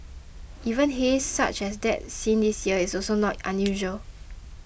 even haze such as that seen this year is also not unusual